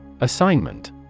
Assignment